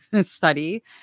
study